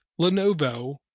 Lenovo